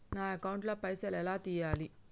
నా అకౌంట్ ల పైసల్ ఎలా తీయాలి?